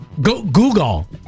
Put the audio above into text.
Google